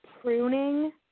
pruning